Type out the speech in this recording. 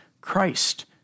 Christ